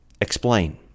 explain